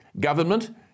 Government